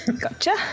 Gotcha